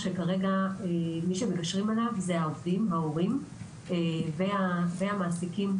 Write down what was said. העובדים, ההורים והמעסיקים,